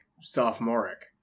sophomoric